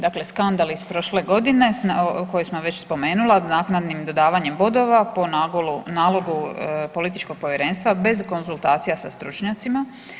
Dakle, skandal iz prošle godine koji sam već spomenula naknadnim dodavanjem bodova po nalogu političkog povjerenstva, bez konzultacija sa stručnjacima.